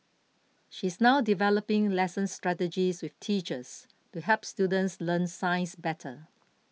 she is now developing lesson strategies with teachers to help students learn science better